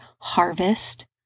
harvest